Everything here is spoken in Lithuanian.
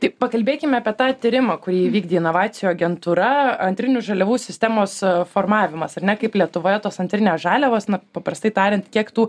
tik pakalbėkime apie tą tyrimą kurį įvykdė inovacijų agentūra antrinių žaliavų sistemos formavimas ar ne kaip lietuvoje tos antrinės žaliavos paprastai tariant kiek tų